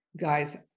guys